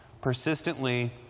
Persistently